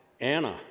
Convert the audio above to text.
Anna